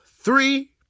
three